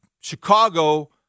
Chicago